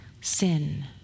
Sin